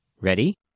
Ready